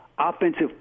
Offensive